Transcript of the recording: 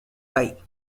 gai